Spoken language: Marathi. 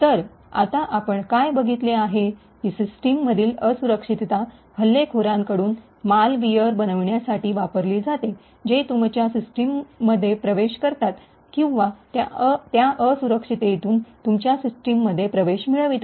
तर आता आपण काय बघितले आहे की सिस्टम मधील असुरक्षितता हल्लेखोरांकडून मालवेअर बनवण्यासाठी वापरली जाते जे तुमच्या सिस्टम मध्ये प्रवेश करतात किवा त्या असुरक्षितेतून तुमच्या सिस्टम मध्ये प्रवेश मिळवितात